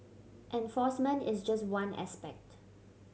enforcement is just one aspect